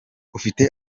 ufite